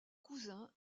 cousin